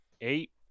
eight